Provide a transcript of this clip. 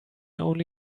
only